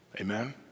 Amen